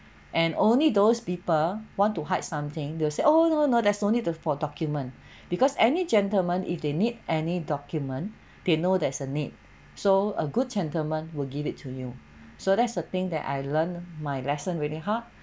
and only those people want to hide something they'll say oh no no there's no need to for document because any gentleman if they need any document they know there's a need so a good gentleman will give it to you so that's the thing that I learn my lesson really hard